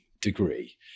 degree